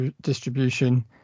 distribution